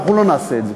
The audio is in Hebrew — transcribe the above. ואנחנו לא נעשה את זה".